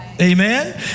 Amen